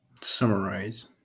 Summarize